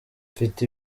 mfite